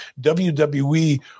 WWE